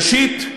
ראשית,